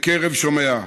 בקרב שומעיה,